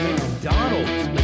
McDonald's